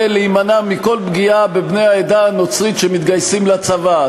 להימנע מכל פגיעה בבני העדה הנוצרית שמתגייסים לצבא?